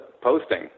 posting